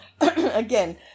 Again